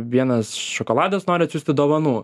vienas šokoladas nori atsiųsti dovanų